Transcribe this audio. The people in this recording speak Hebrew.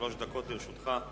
שלוש דקות לרשותך.